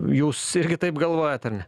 jūs irgi taip galvojat ar ne